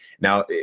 Now